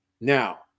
Now